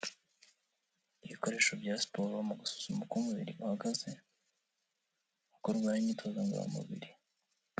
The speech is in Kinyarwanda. Ibikoresho bya siporo mu gusuzuma uk’umubiri uhagaze mu gukora imyitozo ngororamubiri